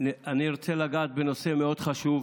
אני רוצה לגעת בנושא מאוד חשוב,